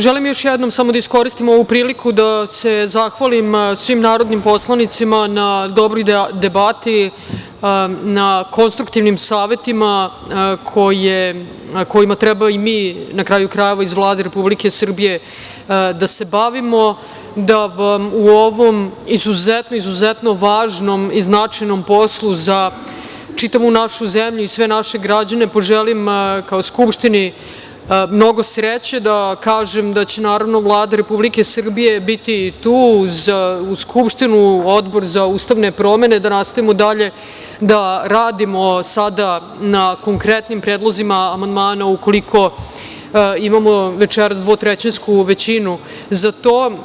Želim još jednom samo da iskoristim ovu priliku da se zahvalim svim narodnim poslanicima na dobroj debati, na konstruktivnim savetima kojima treba i mi, na kraju krajeva, iz Vlade Republike Srbije da se bavimo, da vam u ovom izuzetno važnom i značajnom poslu za čitavu našu zemlju i sve naše građane poželim, kao Skupštini, mnogo sreće, da kažem da će naravno Vlada Republike Srbije biti tu uz Skupštinu, Odbor za ustavne promene, da nastavimo dalje da radimo sada na konkretnim predlozima amandmana ukoliko imamo večeras dvotrećinsku većinu za to.